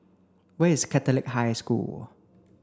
where is Catholic High School